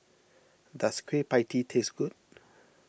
does Kueh Pie Tee taste good